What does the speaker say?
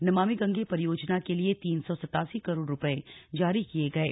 नमामि गंगे परियोजना के लिए तीन सौ सतासी करोड़ रुपए जारी किये गये